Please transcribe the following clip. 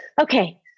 Okay